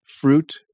fruit